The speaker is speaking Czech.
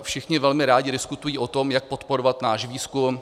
Všichni velmi rádi diskutují o tom, jak podporovat náš výzkum.